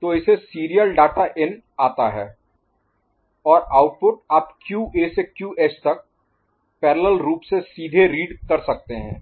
तो ऐसे serial data in आता है और आउटपुट आप QA से QH तक पैरेलल रूप से सीधे रीड कर सकते हैं